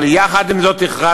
אבל יחד עם זאת הכרזנו: